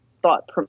thought